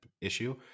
issue